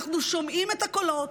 אנחנו שומעים את הקולות,